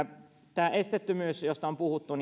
tärkeänä tämän esteettömyyden josta on puhuttu